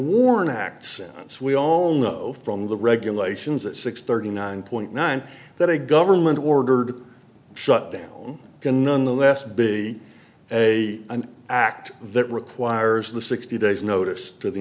warren act sense we all know from the regulations at six thirty nine point nine that a government ordered shut down can nonetheless be a an act that requires the sixty days notice to the